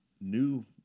new